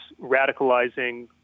radicalizing